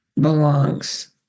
belongs